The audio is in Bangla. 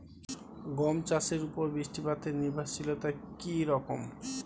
গম চাষের উপর বৃষ্টিপাতে নির্ভরশীলতা কী রকম?